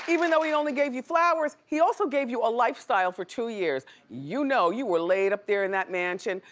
even though he only gave you flowers, he also gave you a lifestyle for two years. you know you were laid up there in that mansion.